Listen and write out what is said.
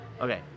Okay